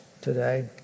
today